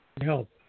help